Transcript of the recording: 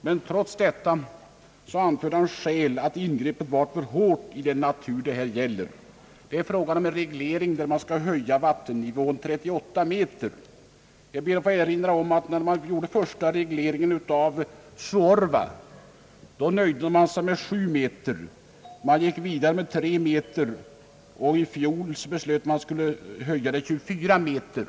Men trots detta ansåg han att ingreppet var för hårt i den natur det här gäller. Det är fråga om en reglering där man skall höja vattennivån 38 meter. Jag ber att få erinra om att när man gjorde den första regleringen av Suorva, nöjde man sig med 7 meter. Man gick vidare och höjde nivån med 3 meter, och i fjol beslöt man att höja den med 24 meter.